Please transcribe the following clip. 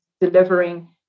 delivering